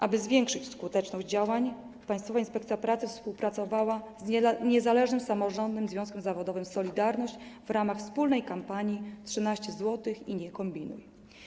Aby zwiększyć skuteczność tych działań, Państwowa Inspekcja Pracy współpracowała z Niezależnym Samorządnym Związkiem Zawodowym „Solidarność” w ramach wspólnej kampanii „13 zł... i nie kombinuj”